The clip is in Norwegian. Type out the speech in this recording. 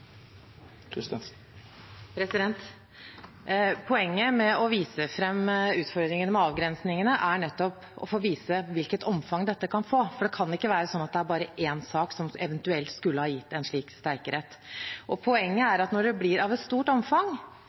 nettopp å vise hvilket omfang dette kan få, for det kan ikke være sånn at det bare er én sak som eventuelt skulle ha gitt en slik streikerett. Poenget er at når det blir av et stort omfang,